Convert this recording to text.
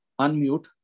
unmute